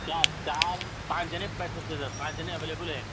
چار چار پانچ جنے بیٹھ سکتے ہیں سر پانچ جنے اویلیبل ہیں